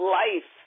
life